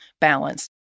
balance